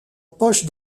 poche